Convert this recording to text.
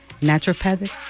naturopathic